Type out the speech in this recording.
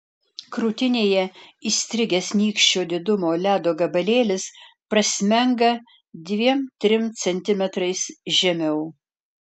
krūtinėje įstrigęs nykščio didumo ledo gabalėlis prasmenga dviem trim centimetrais žemiau